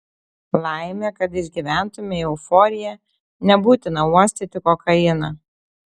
laimė kad išgyventumei euforiją nebūtina uostyti kokainą